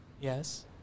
Yes